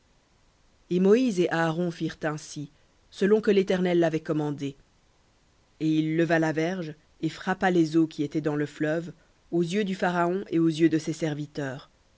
et moïse et aaron firent ainsi selon que l'éternel l'avait commandé et il leva la verge et frappa les eaux qui étaient dans le fleuve aux yeux du pharaon et aux yeux de ses serviteurs